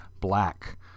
Black